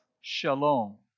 shalom